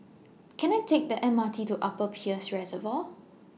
Can I Take The M R T to Upper Peirce Reservoir